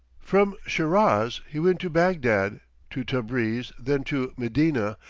from shiraz he went to baghdad, to tabriz, then to medina,